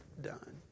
done